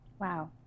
Wow